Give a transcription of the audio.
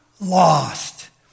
lost